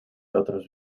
otros